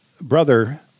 brother